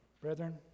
Brethren